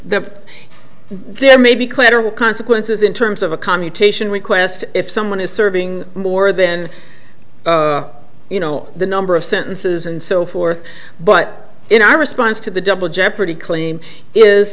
the there may be clearer consequences in terms of a commutation request if someone is serving more then you know the number of sentences and so forth but in our response to the double jeopardy claim is